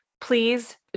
Please